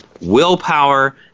willpower